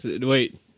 Wait